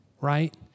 Right